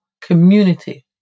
community